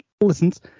listens